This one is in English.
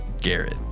garrett